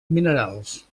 minerals